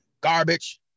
Garbage